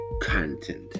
content